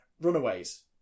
Runaways